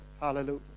Hallelujah